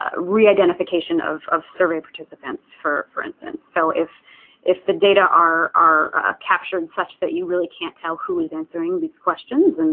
ah re-identification of of survey participants, for for instance. so if if the data are are captured such that you really can't tell who is answering these questions, and